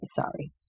sorry